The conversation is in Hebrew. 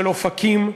של אופקים,